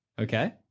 Okay